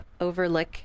overlook